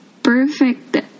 Perfect